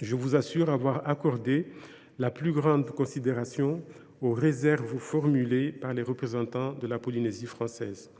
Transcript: je vous assure avoir accordé la plus grande considération aux réserves formulées par les représentants de la Polynésie française.